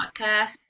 podcast